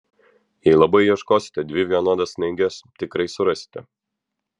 jei labai ieškosite dvi vienodas snaiges tikrai surasite